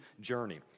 journey